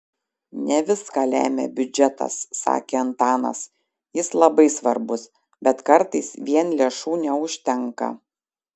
ne viską lemia biudžetas sakė antanas jis labai svarbus bet kartais vien lėšų neužtenka